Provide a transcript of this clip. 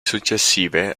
successive